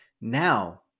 now